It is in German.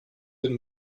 den